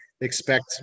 expect